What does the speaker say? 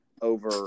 over